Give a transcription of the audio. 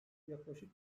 yaklaşık